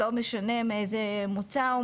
לא משנה מאיזה מוצא הוא,